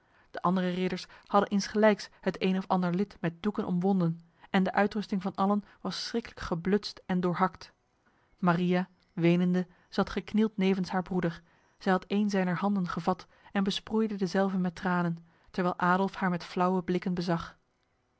de andere ridders hadden insgelijks het een of ander lid met doeken omwonden en de uitrusting van allen was schriklijk geblutst en doorhakt maria wenende zat geknield nevens haar broeder zij had een zijner handen gevat en besproeide dezelve met tranen terwijl adolf haar met flauwe blikken bezag